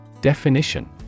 Definition